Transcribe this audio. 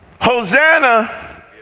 Hosanna